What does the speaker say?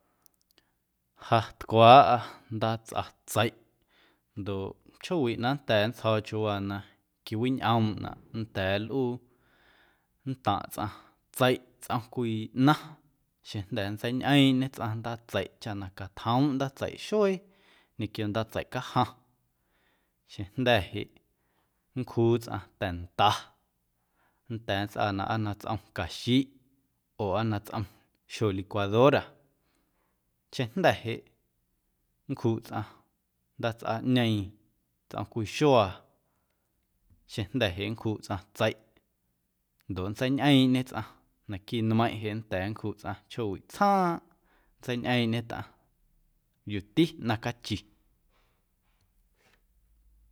Ja tcwaaꞌa ndaatsꞌatseiꞌ ndoꞌ chjoowiꞌ na nnda̱a̱ nntsjo̱o̱ chiuwaa na quiwiñꞌoomꞌnaꞌ nnda̱a̱ nlꞌuu nntaⁿꞌ tsꞌaⁿ tseiꞌ tsꞌom cwii ꞌnaⁿ xeⁿjnda̱ nntseiñꞌeeⁿꞌñe tsꞌaⁿ ndaatseiꞌ chaꞌ na catjoomꞌ ndaatseiꞌ xuee ñequio ndaatseiꞌ cajaⁿ xeⁿjnda̱ jeꞌ nncjuu tsꞌaⁿ ta̱nda nnda̱a̱ nntsꞌaanaꞌ aa na tsꞌomcaxiꞌ oo aa na tsꞌom xjo licuadora xeⁿjnda̱ jeꞌ nncjuꞌ sꞌaⁿ ndaatsꞌaꞌñeeⁿ tsꞌom cwii xuaa xeⁿjnda̱ jeꞌ nncjuꞌ tsꞌaⁿ tseiꞌ ndoꞌ nntseiñꞌeeⁿꞌñe tsꞌaⁿ naquiiꞌ nmeiⁿꞌ jeꞌ nnda̱a̱ nncjuꞌ tsꞌaⁿ chjoowiꞌ tsjaaⁿꞌ nntseiñꞌeeⁿꞌñe tsꞌaⁿ yuuti na cachi.